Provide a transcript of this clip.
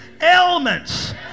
ailments